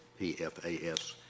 PFAS